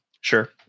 sure